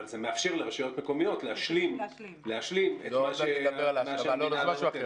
אבל זה מאפשר לרשויות מקומיות להשלים את מה שהמדינה לא נותנת.